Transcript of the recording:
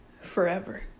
forever